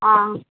ആ